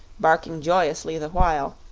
barking joyously the while,